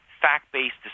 fact-based